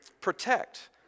protect